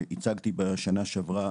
הצגתי בשנה שעברה,